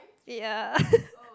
ya